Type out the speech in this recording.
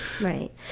Right